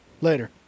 Later